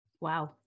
Wow